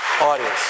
audience